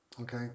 Okay